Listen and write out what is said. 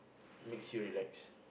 makes you relax